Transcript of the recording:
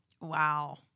Wow